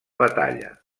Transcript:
batalla